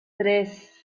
tres